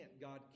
God